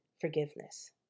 forgiveness